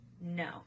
No